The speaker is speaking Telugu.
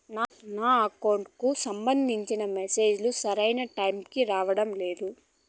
నా అకౌంట్ కు సంబంధించిన మెసేజ్ లు సరైన టైము కి రావడం లేదు